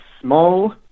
small